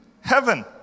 heaven